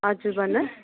हजुर भन्नुहोस्